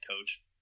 coach